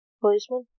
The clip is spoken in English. policeman